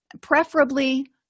preferably